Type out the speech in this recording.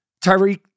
Tyreek